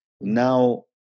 Now